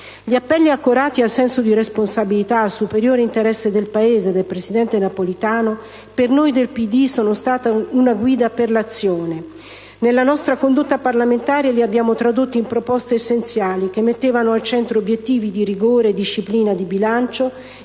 Gli appelli accorati al senso di responsabilità e al superiore interesse del Paese del presidente Napolitano per noi del PD sono stati una guida per l'azione. Nella nostra condotta parlamentare li abbiamo tradotti in proposte essenziali, che mettevano al centro obiettivi di rigore e disciplina di bilancio,